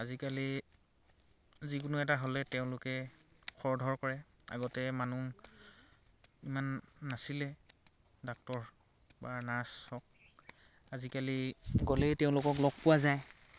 আজিকালি যিকোনো এটা হ'লেই তেওঁলোকে খৰ ধৰ কৰে আগতে মানুহ ইমান নাছিলে ডাক্তৰ বা নাৰ্ছ হওক আজিকালি গ'লেই তেওঁলোকক লগ পোৱা যায়